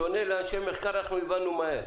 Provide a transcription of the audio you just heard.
בשונה מאנשי מחקר אנחנו הבנו מהר.